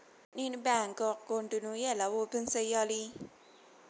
నేను bank account ను ఎలా ఓపెన్ సేయాలి?